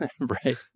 Right